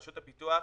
רשות הפיתוח.